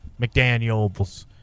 McDaniels